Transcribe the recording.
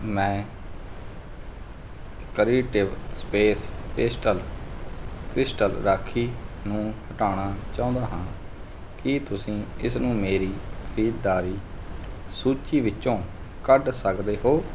ਮੈਂ creative space pastel crystal Rakhi ਨੂੰ ਹਟਾਉਣਾ ਚਾਹੁੰਦਾ ਹਾਂ ਕੀ ਤੁਸੀਂ ਇਸ ਨੂੰ ਮੇਰੀ ਖਰੀਦਦਾਰੀ ਸੂਚੀ ਵਿੱਚੋਂ ਕੱਢ ਸਕਦੇ ਹੋ